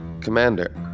Commander